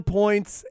points